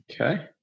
Okay